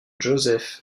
joseph